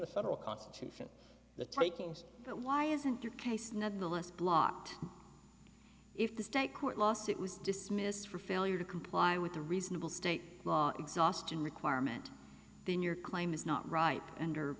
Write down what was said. the federal constitution the takings but why isn't your case nonetheless blocked if the state court lawsuit was dismissed for failure to comply with the reasonable state law exhaustion requirement in your claim is not right under